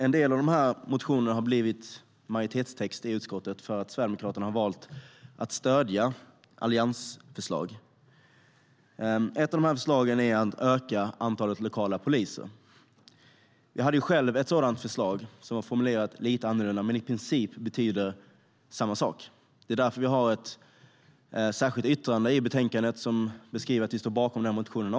En del av de motionerna har blivit majoritetstext i utskottet för att Sverigedemokraterna har valt att stödja alliansförslag. Ett av de förslagen är att öka antalet lokala poliser. Jag hade själv ett sådant förslag som var formulerat lite annorlunda men som i princip betyder samma sak. Det är därför vi har ett särskilt yttrande i betänkandet som beskriver att vi också står bakom den motionen.